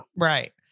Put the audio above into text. Right